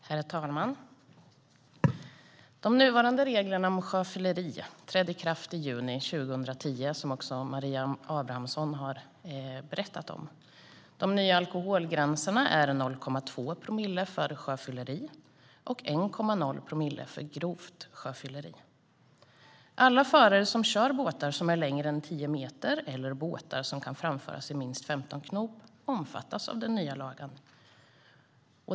Herr talman! De nuvarande reglerna om sjöfylleri trädde i kraft i juni 2010, vilket också Maria Abrahamsson berättat om. De nya alkoholgränserna är 0,2 promille för sjöfylleri och 1,0 promille för grovt sjöfylleri. Alla förare som kör båtar som är längre än tio meter eller båtar som kan framföras i minst 15 knop omfattas av den nya lagen.